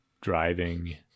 driving